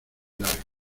larga